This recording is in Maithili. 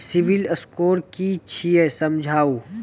सिविल स्कोर कि छियै समझाऊ?